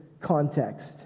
context